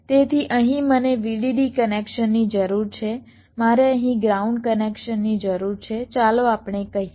તેથી અહીં મને VDD કનેક્શનની જરૂર છે મારે અહીં ગ્રાઉન્ડ કનેક્શનની જરૂર છે ચાલો આપણે કહીએ